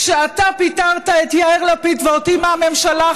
כשאתה פיטרת את יאיר לפיד ואותי מהממשלה,